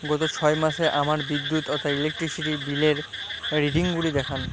গত ছয় মাসে আমার বিদ্যুৎ অর্থাৎ ইলেকট্রিসিটি বিলের রিডিংগুলি দেখান